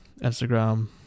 Instagram